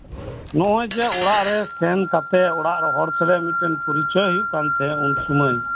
ᱱᱚᱜ ᱚᱭ ᱡᱮ ᱚᱲᱟᱜ ᱨᱮ ᱥᱮᱱ ᱠᱟᱛᱮᱫ ᱚᱲᱟᱜ ᱦᱚᱲ ᱥᱟᱶᱛᱮ ᱢᱤᱫᱴᱮᱱ ᱯᱚᱨᱤᱪᱚᱭ ᱦᱩᱭᱩᱜ ᱠᱟᱱ ᱛᱟᱸᱦᱮᱜ ᱩᱱᱥᱚᱢᱚᱭ